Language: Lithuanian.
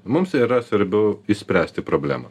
mums yra svarbiau išspręsti problemą